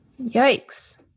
Yikes